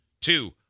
Two